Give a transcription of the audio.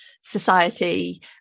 society